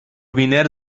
وینر